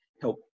help